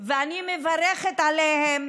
ואני מברכת עליהן,